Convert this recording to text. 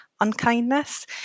unkindness